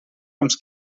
uns